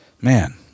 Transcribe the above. Man